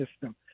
system